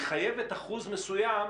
היא חייבת אחוז מסוים